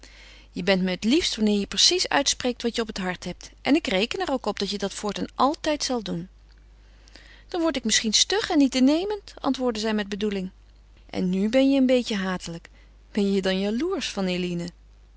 je bent me het liefst wanneer je precies uitspreekt wat je op het hart hebt en ik reken er ook op dat je dat voortaan altijd zal doen dan word ik misschien stug en niet innemend antwoordde zij met bedoeling en nu ben je een beetje hatelijk ben je dan jaloersch van eline